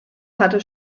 hatte